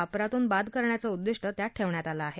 वापरातून बाद करण्याचं उद्विष्ट त्यात ठेवण्यात आलं आहे